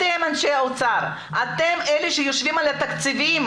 אתם אנשי האוצר, אתם אלה שיושבים על התקציבים,